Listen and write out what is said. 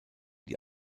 die